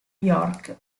york